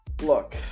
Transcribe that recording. look